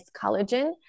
collagen